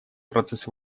процесс